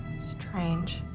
Strange